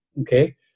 Okay